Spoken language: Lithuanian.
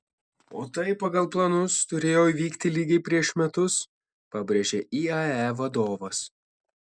o tai pagal planus turėjo įvykti lygiai prieš metus pabrėžė iae vadovas